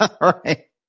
Right